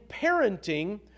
parenting